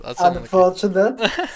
Unfortunate